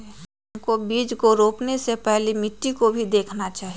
हमको बीज को रोपने से पहले मिट्टी को भी देखना चाहिए?